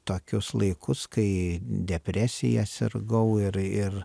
tokius laikus kai depresija sirgau ir ir